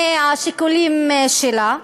מהשיקולים שלה,